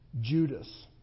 Judas